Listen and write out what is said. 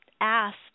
asked